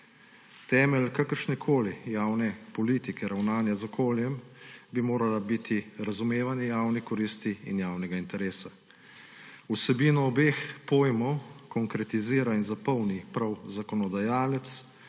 Temelj kakršnekoli javne politike ravnanja z okoljem bi moralo biti razumevanje javne koristi in javnega interesa. Vsebino obeh pojmov konkretizira in zapolni prav zakonodajalec,